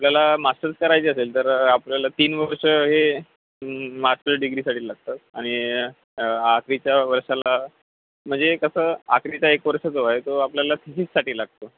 आपल्याला मास्टर्स करायची असेल तर आपल्याला तीन वर्ष हे मास्टर्स डिग्रीसाठी लागतात आणि आखरीच्या वर्षाला म्हणजे कसं आखरीचा एक वर्ष जो आहे तो आपल्याला थिसीससाठी लागतो